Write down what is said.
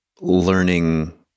learning